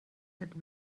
that